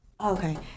Okay